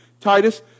Titus